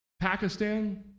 Pakistan